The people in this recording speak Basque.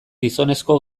gizonezko